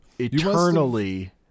eternally